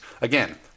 Again